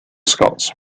scots